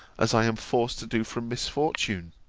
as i am forced to do from misfortune!